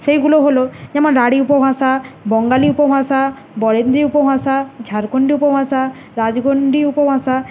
সেগুলো হল যেমন রাঢ়ী উপভাষা বঙ্গালী উপভাষা বরেন্দ্রী উপভাষা ঝাড়খণ্ডী উপভাষা রাজগণ্ডী উপভাষা